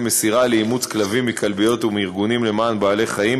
מסירה לאימוץ של כלבים מכלביות ומארגונים למען בעלי-חיים